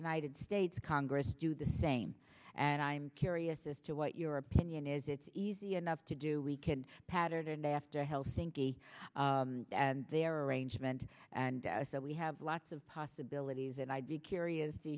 united states congress do the same and i'm curious as to what your opinion is it's easy enough to do we can patterned after helsinki and their arrangement and so we have lots of possibilities and i'd be curious to